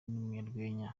n’umunyarwenya